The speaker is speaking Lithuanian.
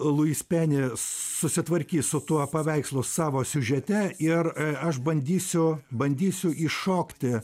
luis peni susitvarkys su tuo paveikslu savo siužete ir aš bandysiu bandysiu įšokti